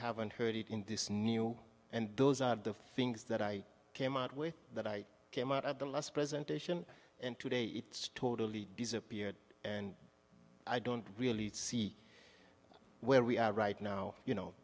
haven't heard it in this new and those of the fingers that i came out with that i came out at the last presentation and today it's totally disappeared and i don't really see where we are right now you know